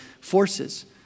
forces